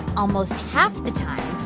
almost half the time,